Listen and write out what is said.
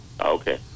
Okay